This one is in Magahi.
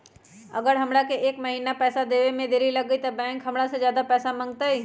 अगर हमरा से एक महीना के पैसा देवे में देरी होगलइ तब बैंक हमरा से ज्यादा पैसा मंगतइ?